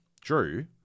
Drew